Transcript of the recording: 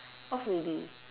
off already